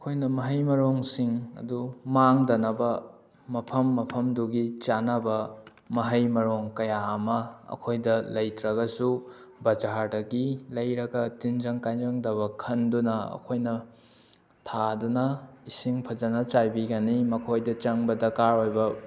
ꯑꯩꯈꯣꯏꯅ ꯃꯍꯩ ꯃꯔꯣꯡꯁꯤꯡ ꯑꯗꯨ ꯃꯥꯡꯗꯅꯕ ꯃꯐꯝ ꯃꯐꯝꯗꯨꯒꯤ ꯆꯥꯅꯕ ꯃꯍꯩ ꯃꯔꯣꯡ ꯀꯌꯥ ꯑꯃ ꯑꯩꯈꯣꯏꯗ ꯂꯩꯇ꯭ꯔꯒꯁꯨ ꯕꯖꯥꯔꯗꯒꯤ ꯂꯩꯔꯒ ꯇꯤꯟꯖꯪ ꯀꯥꯏꯖꯪꯗꯕ ꯈꯟꯗꯨꯅ ꯑꯩꯈꯣꯏꯅ ꯊꯥꯗꯨꯅ ꯏꯁꯤꯡ ꯐꯖꯅ ꯆꯥꯏꯕꯤꯒꯅꯤ ꯃꯈꯣꯏꯗ ꯆꯪꯕ ꯗꯔꯀꯥꯔ ꯑꯣꯏꯕ